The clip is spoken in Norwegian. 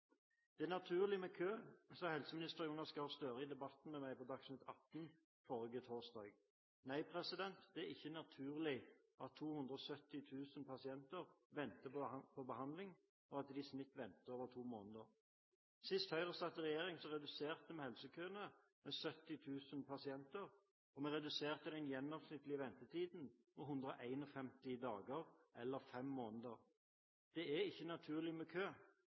«Det er naturlig med kø», sa helseminister Jonas Gahr Støre i debatten med meg på Dagsnytt Atten forrige torsdag. Nei, det er ikke naturlig at 270 000 pasienter venter på behandling, og at de i snitt venter i over to måneder. Sist Høyre satt i regjering, reduserte vi helsekøene med 70 000 pasienter, og vi reduserte den gjennomsnittlige ventetiden med 151 dager, eller fem måneder. Det er ikke naturlig med kø